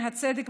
מהצדק,